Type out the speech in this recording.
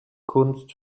kunst